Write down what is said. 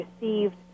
received